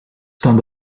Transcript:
staan